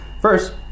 First